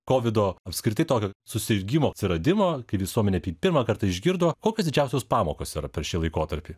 kovido apskritai tokio susirgimo atsiradimo kai visuomenė pirmą kartą išgirdo kokios didžiausios pamokos yra per šį laikotarpį